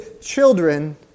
children